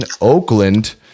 Oakland